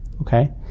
okay